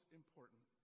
important